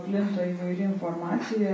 plinta įvairi informacija